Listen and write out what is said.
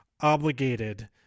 obligated